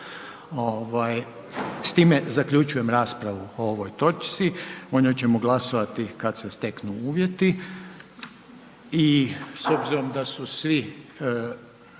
S time zaključujem raspravu o ovoj točci o njoj ćemo glasovati kada se steknu uvjeti. I s obzirom da su svi.